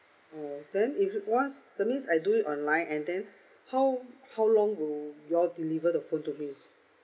oh then if wants that's mean I do it online and then how how long will you all deliver the phone to me